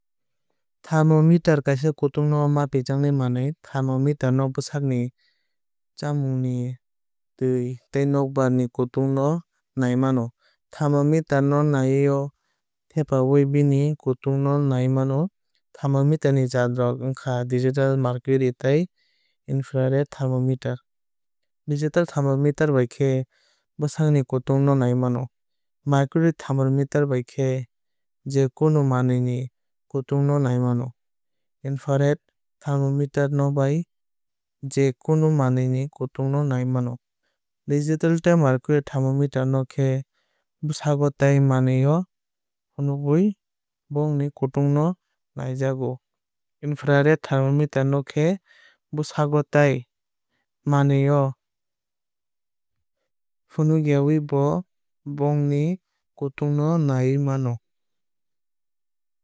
Thermometer kaisa kutung no mapijaknai manwui. Therometer no bwsakni chamungni twui tei nokbar ni kutung no nai mano. Thermometer no manwui o thepawui bini kutung no nai mano. Thermometer ni jaat rok wngkha digital mercury tei infrared thermometer. Digital thermometer bai khe bwsak ni kutung no nai mano. Mercury thermometer bai khe je kunu manwui ni kutung no nai mano. Infrared thermometer no bo je kunu manwui ni kutung no nai mano. Digital tei mercury thermometer no khe bwsago tei manwui o fwnangwui bongni kutung no naijago. Infrared thermometer no khe bwsago tei manwui o fwnangyawui bo bongni kutung no nai mano.